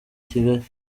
kigali